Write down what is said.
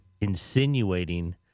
insinuating